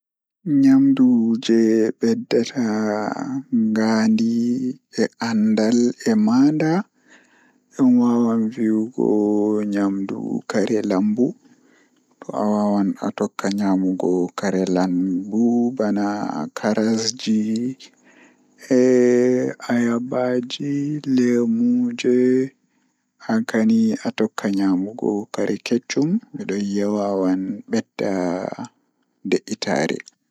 Eɗe kañum njiddiriɗe, ɗum njamaaji faggude nde njamaaji rewɓe e waɗude nguurndam ngurndan, ko ɗe waɗa njiddaade rewɓe ngam rewti njamaaji hoore. Ko njamaaji ngal woni ngam faggude rewɓe koɗɗoɗe nde njamaaji rewɓe e waɗude nguurndam hoore.